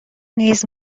نیز